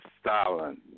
Stalin